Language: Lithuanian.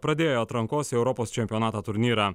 pradėjo atrankos į europos čempionatą turnyrą